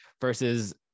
versus